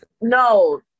No